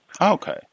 Okay